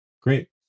Great